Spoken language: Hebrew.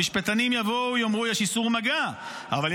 המשפטנים יבואו ויאמרו: יש איסור מגע,